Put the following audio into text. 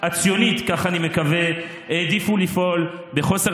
אני מבקש.